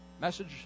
message